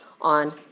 on